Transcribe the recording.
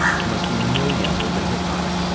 there must be millions who had been hit by it.